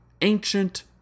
ancient